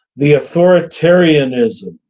the authoritarianism,